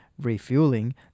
refueling